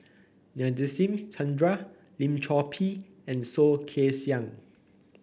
Nadasen Chandra Lim Chor Pee and Soh Kay Siang